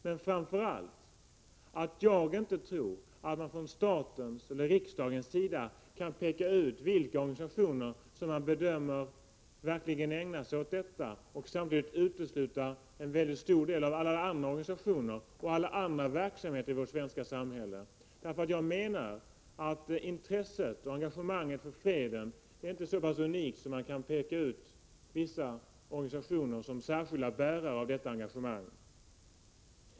Men framför allt vill jag säga att jag inte tror att man från statens eller riksdagens sida kan peka ut vilka organisationer som enligt vad man bedömer verkligen ägnar sig åt detta arbete, och samtidigt utesluta en mycket stor del av alla andra organisationer och verksamheter i vårt svenska samhälle. Jag menar att intresset och engagemanget för freden inte är något 125 så pass unikt att man kan peka ut vissa organisationer som särskilda bärare av detta engagemang.